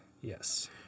Yes